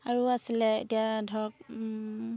আৰু আছিলে এতিয়া ধৰক